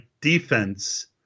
defense